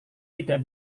tidak